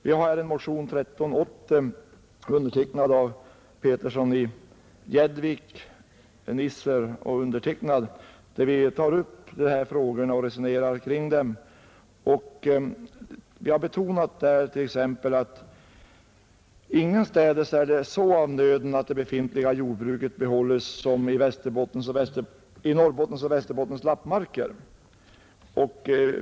I motionen 1380, undertecknad av herr Petersson i Gäddvik, herr Nisser och mig, tar vi upp dessa frågor. Vi har där betonat att det ingenstans är så av nöden att det befintliga jordbruket behålles som i Norrbottens och Västerbottens lappmarker.